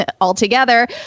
altogether